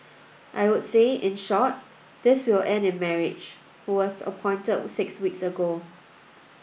I would say in short this will end in marriage who was appointed six weeks ago